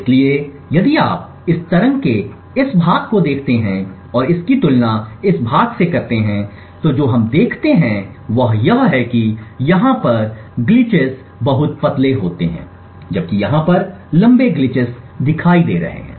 इसलिए यदि आप इस तरंग के इस भाग को देखते हैं और इसकी तुलना इस भाग से करते हैं तो जो हम देखते हैं वह यह है कि यहाँ पर ग्लिच बहुत पतले होते हैं जबकि यहाँ पर लंबे ग्लिच देखते हैं